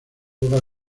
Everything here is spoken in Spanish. juega